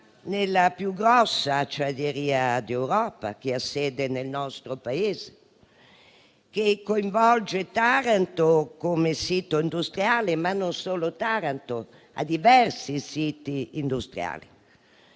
nella più grossa acciaieria d'Europa, che ha sede nel nostro Paese, che coinvolge Taranto come sito industriale, ma non solo perché ha diversi siti industriali.